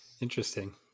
Interesting